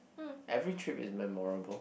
every trip is memorable